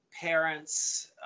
parents